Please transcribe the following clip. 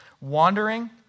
Wandering